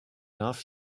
off